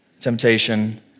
temptation